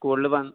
സ്കൂളിൽ വന്ന്